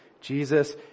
Jesus